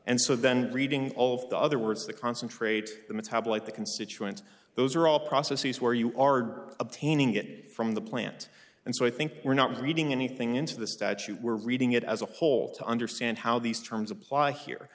and so then reading all of the other words the concentrate the metabolite the constituents those are all processes where you are obtaining it from the plant and so i think we're not reading anything into the statute we're reading it as a whole to understand how these terms apply here